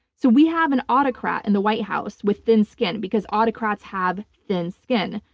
so we have an autocrat in the white house with thin skin because autocrats have thin skin.